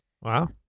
wow